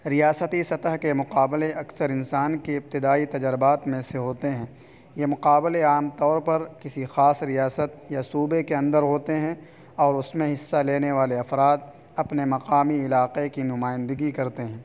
ریاستی سطح کے مقابلے اکثر انسان کی ابتدائی تجربات میں سے ہوتے ہیں یہ مقابلے عام طور پر کسی خاص ریاست یا صوبے کے اندر ہوتے ہیں اور اس میں حصہ لینے والے افراد اپنے مقامی علاقے کی نمائندگی کرتے ہیں